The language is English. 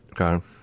Okay